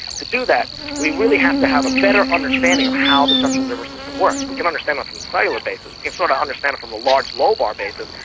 to do that we really have to have a better understanding of how the central nervous system works. we can understand it from the cellular basis, we can sort of understand it from the large lobar basis,